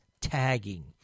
tagging